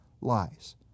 lies